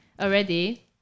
already